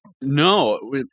No